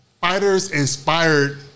fighters-inspired